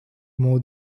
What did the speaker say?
more